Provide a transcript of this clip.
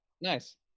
Nice